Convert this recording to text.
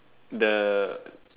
the